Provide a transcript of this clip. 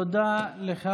תודה לך.